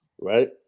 right